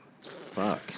Fuck